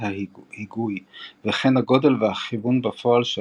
ההיגוי וכן הגודל והכיוון בפועל שלה,